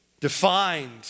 defined